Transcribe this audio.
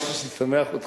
מה זה קשור לכמות החיילים?